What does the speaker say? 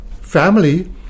family